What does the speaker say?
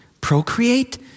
procreate